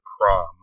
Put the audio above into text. prom